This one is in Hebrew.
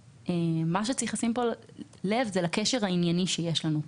צריך לשים לב לקשר הענייני שיש לנו.